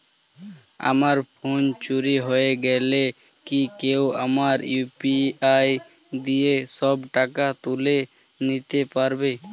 আমার ফোন চুরি হয়ে গেলে কি কেউ আমার ইউ.পি.আই দিয়ে সব টাকা তুলে নিতে পারবে?